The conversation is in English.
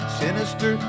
sinister